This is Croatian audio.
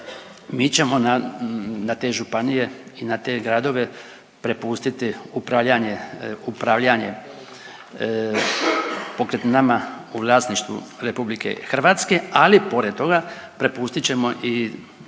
mi ćemo na te županije i na te gradove prepustiti upravljanje pokretninama u vlasništvu RH, ali pored toga prepustit ćemo i